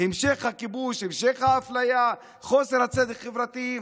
המשך הכיבוש, המשך האפליה, חוסר הצדק החברתי.